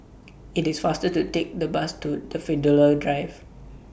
IT IS faster to Take The Bus to Daffodil Drive